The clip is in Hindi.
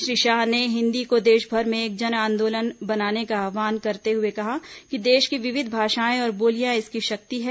श्री शाह ने हिन्दी को देशभर में एक जनआंदोलन बनाने का आहवान करते हुए कहा कि देश की विविध भाषाएं और बोलियां इसकी शक्ति हैं